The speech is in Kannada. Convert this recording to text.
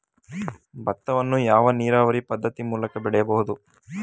ಭತ್ತವನ್ನು ಯಾವ ನೀರಾವರಿ ಪದ್ಧತಿ ಮೂಲಕ ಬೆಳೆಯಬಹುದು?